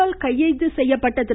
யால் கைது செய்யப்பட்ட திரு